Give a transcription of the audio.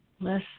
less